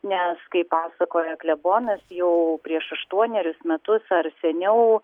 nes kaip pasakojo klebonas jau prieš aštuonerius metus ar seniau